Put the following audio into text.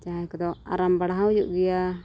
ᱡᱟᱦᱟᱸᱭ ᱠᱚᱫᱚ ᱟᱨᱟᱢ ᱵᱟᱲᱟ ᱦᱚᱸ ᱦᱩᱭᱩᱜ ᱜᱮᱭᱟ